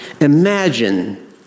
Imagine